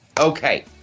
Okay